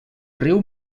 riu